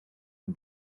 and